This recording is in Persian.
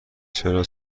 چرا